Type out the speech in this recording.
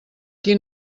qui